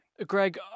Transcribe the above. Greg